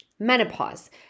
menopause